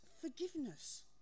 forgiveness